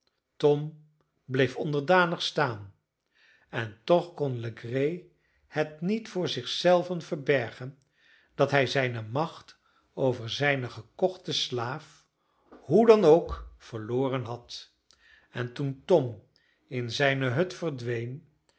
tom bleef onderdanig staan en toch kon legree het niet voor zich zelven verbergen dat hij zijne macht over zijnen gekochten slaaf hoe dan ook verloren had en toen tom in zijne hut verdween